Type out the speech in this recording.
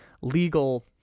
legal